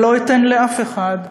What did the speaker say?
ולא אתן לאף אחד,